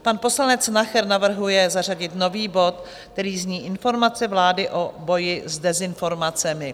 Pan poslanec Nacher navrhuje zařadit nový bod, který zní: Informace vlády o boji s dezinformacemi.